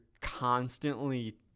constantly